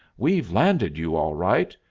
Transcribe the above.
we've landed you, all right!